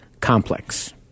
complex